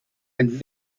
ein